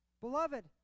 Beloved